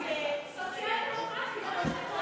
סוציאל-דמוקרטי,